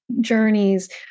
journeys